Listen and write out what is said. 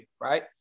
right